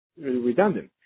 redundant